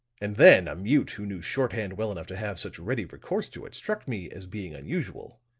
and then a mute who knew shorthand well enough to have such ready recourse to it, struck me as being unusual.